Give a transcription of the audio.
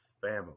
Family